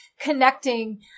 connecting